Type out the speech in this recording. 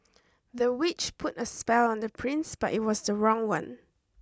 the witch put a spell on the prince but it was the wrong one